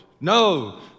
No